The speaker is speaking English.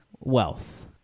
wealth